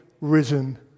risen